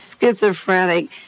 schizophrenic